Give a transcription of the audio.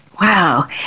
Wow